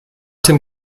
dem